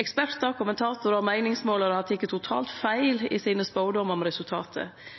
Ekspertar, kommentatorar og meiningsmålarar har teke totalt feil i sine spådomar om resultatet.